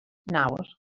nawr